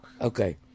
Okay